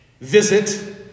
visit